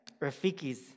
Rafiki's